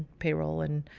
payroll, and